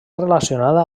relacionada